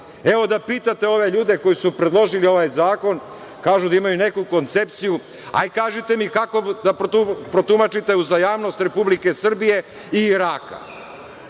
Evo, da pitate ove ljude koji su predložili ovaj zakon, kažu da imaju neku koncepciju, ajde kažite mi kako da protumačite uzajamnost Republike Srbije i Iraka.